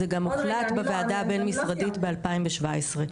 זה גם הוחלט בוועדה הבין-משרדית ב-2017.